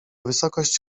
wysokość